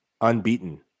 unbeaten